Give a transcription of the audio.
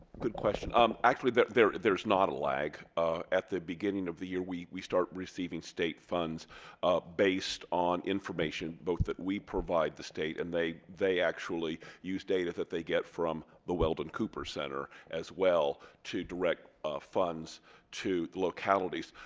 good question i'm actually that there there's not a lag at the beginning of the year we we start receiving state funds based on information both that we provide the state and they they actually use data that they get from the weldon cooper center as well to direct funds to localities.